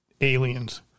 aliens